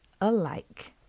alike